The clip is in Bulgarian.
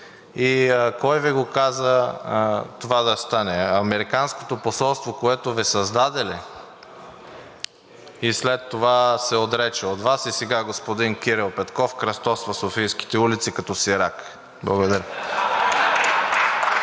И кой Ви каза това да стане? Американското посолство, което Ви създаде ли, и след това се отрече от Вас? И сега господин Кирил Петков кръстосва софийските улици като сирак. Благодаря.